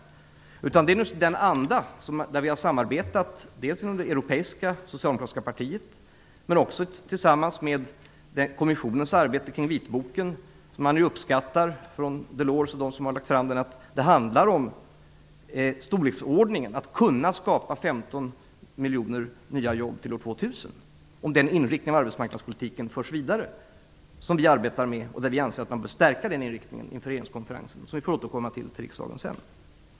Förslagen kommer att präglas av den anda som vi har samarbetat i inom det europeiska socialdemokratiska partiet, och som också har präglat kommissionens arbete kring vitboken. Delors och de andra som har lagt fram vitboken uppskattar att det handlar om att kunna skapa i storleksordningen 15 miljoner nya jobb till år 2000, om den inriktning av arbetsmarknadspolitiken som vi arbetar med förs vidare. Vi anser att man bör stärka den inriktningen inför regeringskonferensen. Vi får återkomma till riksdagen sedan.